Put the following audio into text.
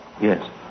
Yes